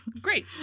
Great